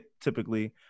typically